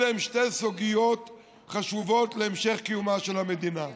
אלה שתי סוגיות חשובות להמשך קיומה של המדינה.